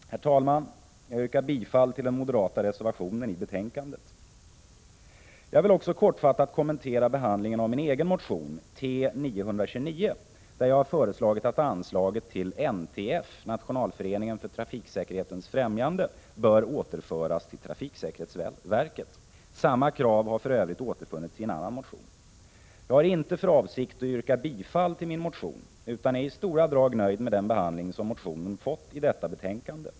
Herr talman! Jag yrkar bifall till den moderata reservationen i betänkandet. Jag vill också kortfattat kommentera behandlingen av min egen motion T929, där jag föreslagit att anslaget till NTF återförs till trafiksäkerhetsverket. Samma krav har för övrigt återfunnits i en annan motion. Jag har inte för avsikt att yrka bifall till min motion utan är i stället i stora drag nöjd med den behandling som motionen fått i detta betänkande.